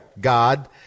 God